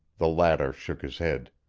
the latter shook his head.